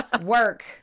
work